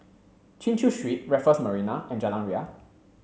Chin Chew Street Raffles Marina and Jalan Ria